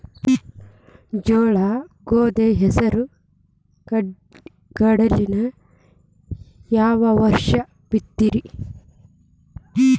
ಜೋಳ, ಗೋಧಿ, ಹೆಸರು, ಕಡ್ಲಿನ ಯಾವ ವರ್ಷ ಬಿತ್ತತಿರಿ?